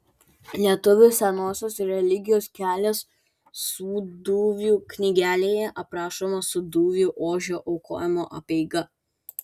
lietuvių senosios religijos kelias sūduvių knygelėje aprašoma sūduvių ožio aukojimo apeiga